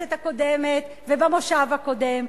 בכנסת הקודמת ובמושב הקודם,